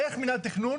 איך מנהל התכנון